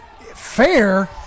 fair